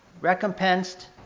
recompensed